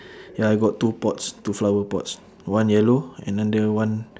ya I got two pots two flower pots one yellow and then the other one